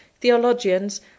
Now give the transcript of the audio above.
theologians